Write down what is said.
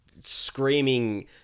screaming